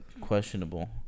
questionable